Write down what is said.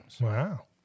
Wow